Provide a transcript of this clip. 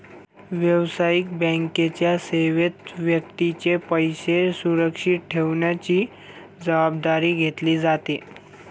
व्यावसायिक बँकेच्या सेवेत व्यक्तीचे पैसे सुरक्षित ठेवण्याची जबाबदारी घेतली जाते